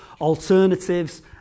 Alternatives